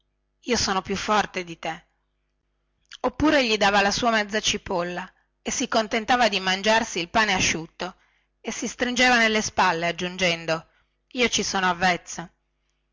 io sono più forte di te oppure gli dava la sua mezza cipolla e si contentava di mangiarsi il pane asciutto e si stringeva nelle spalle aggiungendo io ci sono avvezzo